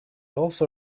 also